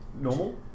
Normal